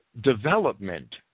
development